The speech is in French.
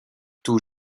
tout